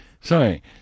Sorry